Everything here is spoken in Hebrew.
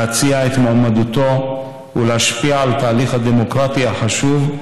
להציע את מועמדותו ולהשפיע על התהליך הדמוקרטי החשוב,